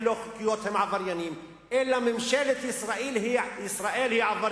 לא חוקיות הם עבריינים אלא ממשלת ישראל היא עבריינית.